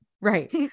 right